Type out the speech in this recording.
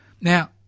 Now